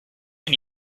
and